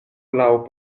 laŭ